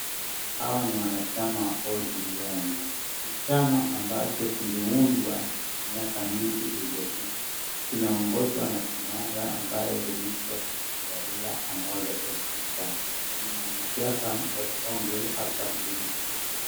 Hawa ni wanachama wa ODM. Ni chama ambacho kiliundwa miaka mingi iliopita. Kinaongozwa na kinara ambaye huitwa Raila Amollo Odinga. Ni mwanasiasa mkongwe hapa nchini Kenya.